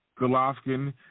Golovkin